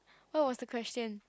what was the question